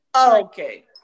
Okay